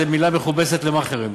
זה מילה מכובסת למאכערים,